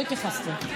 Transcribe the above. לא התייחסתי.